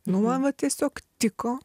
nu va va tiesiog tiko